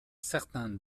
certain